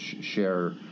share